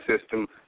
system